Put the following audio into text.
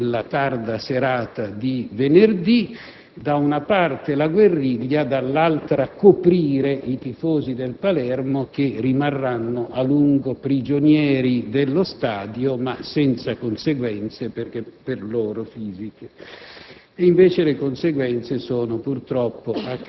con Catania nella tarda serata di venerdì. Da una parte, quindi, la guerriglia; dall'altra, l'esigenza di coprire i tifosi del Palermo, che rimarranno a lungo prigionieri dello stadio, ma senza conseguenze fisiche